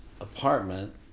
apartment